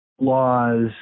laws